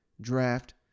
draft